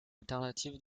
alternatives